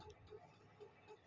ಮೆಕ್ಕೆಜೋಳಕ್ಕೆ ಯಾವ ಹುಳ ಬರುತ್ತದೆ?